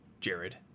jared